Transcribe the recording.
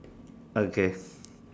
okay